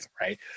right